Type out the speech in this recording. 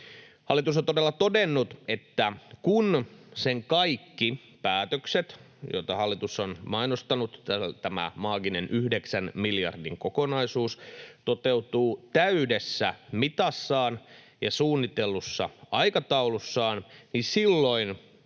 Hallitus on todella todennut, että kun sen kaikki päätökset, joita hallitus on mainostanut — tämä maaginen yhdeksän miljardin kokonaisuus — toteutuvat täydessä mitassaan ja suunnitellussa aikataulussaan, niin silloin